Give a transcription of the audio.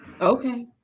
Okay